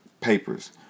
Papers